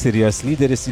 ir jos lyderis